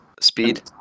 Speed